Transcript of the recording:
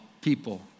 people